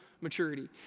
maturity